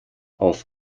auf